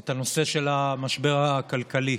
את נושא המשבר הכלכלי.